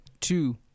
two